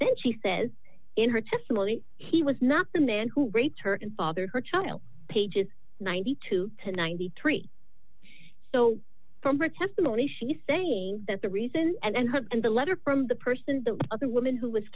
then she says in her testimony he was not the man who raped her and father her child pages ninety two to ninety three so from her testimony she's saying that the reason and her and the letter from the person the other woman who was